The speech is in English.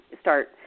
start